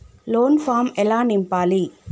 Loan form ఎలా నింపాలి?